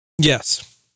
Yes